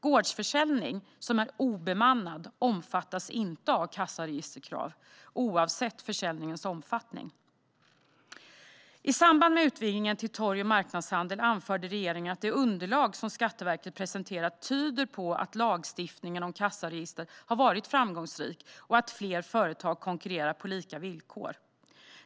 Gårdsförsäljning som är obemannad omfattas inte av kassaregisterkravet, oavsett försäljningens omfattning. I samband med utvidgningen till torg och marknadshandel anförde regeringen att det underlag som Skatteverket presenterat tyder på att lagstiftningen om kassaregister har varit framgångsrik och att fler företag konkurrerar på lika villkor.